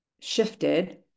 shifted